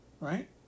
Right